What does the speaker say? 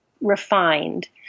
refined